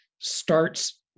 starts